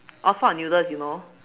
all sort of noodles you know